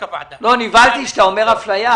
נבהלתי שאתה אומר אפליה.